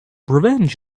revenge